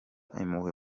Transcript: impuhwe